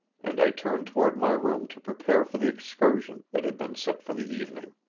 and i turned toward my room to prepare for the excursion that had been set for the evening.